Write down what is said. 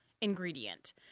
ingredient